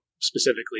specifically